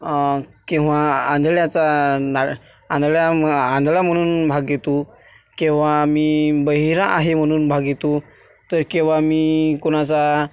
केव्हा आंधळ्याचा ना आंधळ्या आंधळा म्हणून भाग घेतो केव्हा मी बहिरा आहे म्हणून भाग घेतो तर केव्हा मी कोणाचा